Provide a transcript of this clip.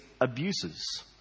abuses